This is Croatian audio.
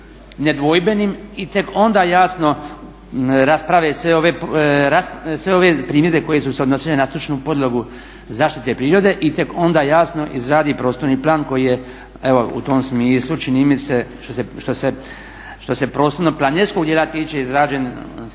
i tek onda jasno rasprave sve ove primjedbe koje su se odnosile na stručnu podlogu zaštite prirode i tek onda jasno izradi prostorni plan koji je u tom smislu čini mi se što se prostorno planerskog dijela tiče izrađen dobro,